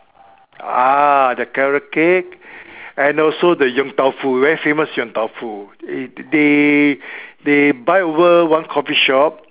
ah the carrot-cake and also the Yong-Tau-Foo very famous Yong-Tau-Foo they they buy over one coffee shop